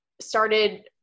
started